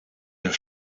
der